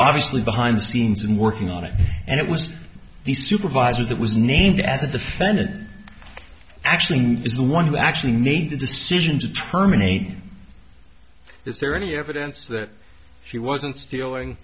obviously behind the scenes and working on it and it was the supervisor that was named as a defendant actually is the one who actually made the decision to terminate him is there any evidence that she wasn't stealing